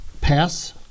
pass